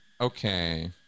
Okay